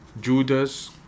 Judas